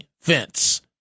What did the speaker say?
fence